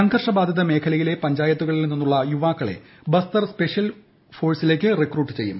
സംഘർഷ ബാധിത മേഖലയിലെ പഞ്ചായത്തുകളിൽ നിന്നുള്ള യുവാക്കളെ ബസ്തർ സ്പെഷ്യൽ ഫോഴ്സിലേക്ക് റിക്രൂട്ട് ചെയ്യും